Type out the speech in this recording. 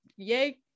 Yay